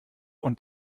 und